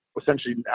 Essentially